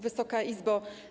Wysoka Izbo!